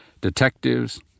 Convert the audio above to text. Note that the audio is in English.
detectives